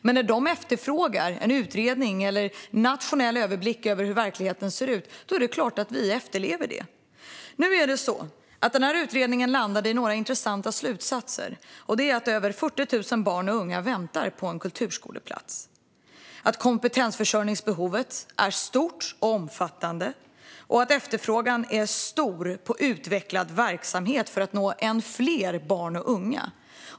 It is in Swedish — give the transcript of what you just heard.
Men när de efterfrågar en utredning eller en nationell överblick över hur verkligheten ser ut är det klart att vi försöker efterleva det. Utredningen kom fram till några intressanta slutsatser: Över 40 000 barn och unga väntar på en kulturskoleplats, kompetensförsörjningsbehovet är stort och omfattande och efterfrågan är stor på utvecklad verksamhet för att nå ännu fler barn och unga.